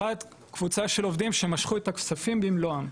אחת קבוצה של עובדים שמשכו את הכספים במלואם.